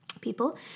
people